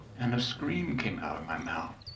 and a scream came out of my mouth,